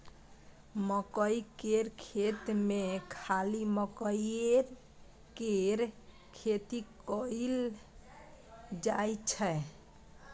मकई केर खेत मे खाली मकईए केर खेती कएल जाई छै